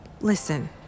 Listen